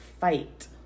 fight